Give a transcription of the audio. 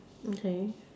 okay